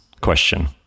question